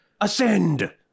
ascend